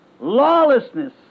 Lawlessness